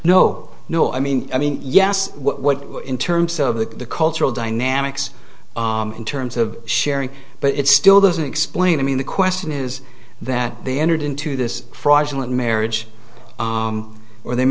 no no i mean i mean yes what in terms of the cultural dynamics in terms of sharing but it still doesn't explain i mean the question is that they entered into this fraudulent marriage or the